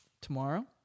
tomorrow